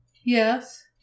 Yes